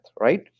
right